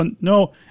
no